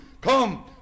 come